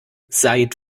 seit